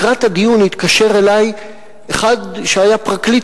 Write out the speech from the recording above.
לקראת הדיון מתקשר אלי אחד שהיה פרקליט